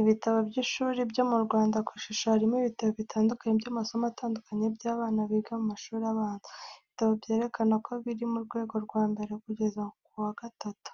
Ibitabo by'ishuri byo mu Rwanda ku ishusho harimo ibitabo bitandukanye by'amasomo atandukanye y'abana biga mu mashuri abanza. Ibitabo byerekana ko biri mu rwego rwa mbere kugeza ku wa gatatu